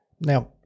Now